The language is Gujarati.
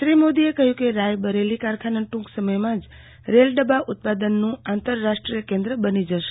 શ્રી મોદીએ કહયું કે રાયબરેલી કારખાનું ટુંક સમયમાં જ રેલ ડબ્બા ઉત્પાદનનું આંતરરાષ્ટ્રીય કેન્દ્ર બની જશે